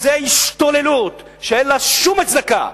זו השתוללות שאין לה שום הצדקה.